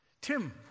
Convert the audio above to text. Tim